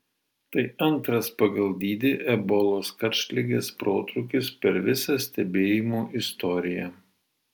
tai antras pagal dydį ebolos karštligės protrūkis per visą stebėjimų istoriją